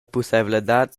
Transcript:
pusseivladad